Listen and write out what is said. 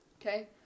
Okay